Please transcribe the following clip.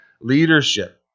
leadership